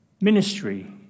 ministry